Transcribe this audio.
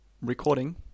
recording